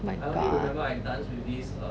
my god